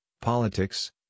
politics